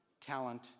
talent